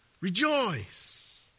Rejoice